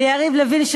ליריב לוין,